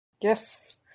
Yes